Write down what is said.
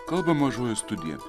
kalba mažoji studija